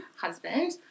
Husband